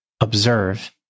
observe